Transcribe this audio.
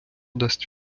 дасть